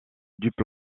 dupe